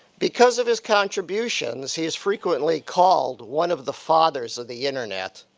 because of his contributions, he is frequently called one of the fathers of the internet.